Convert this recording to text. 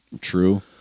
true